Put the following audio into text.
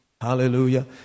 hallelujah